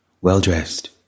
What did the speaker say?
Well-dressed